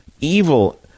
evil